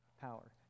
Power